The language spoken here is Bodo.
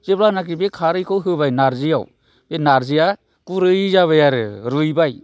जेब्लानाखि बे खारैखौ होबाय नारजियाव बे नारजिया गुरै जाबाय आरो रुइबाय